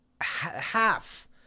half